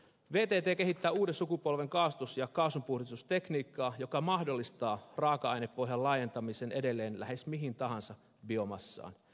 vtt kehittää uuden sukupolven kaasutus ja kaasunpuhdistustekniikkaa joka mahdollistaa raaka ainepohjan laajentamisen edelleen lähes mihin tahansa biomassaan